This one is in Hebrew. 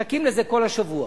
מחכים לזה כל השבוע,